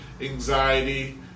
anxiety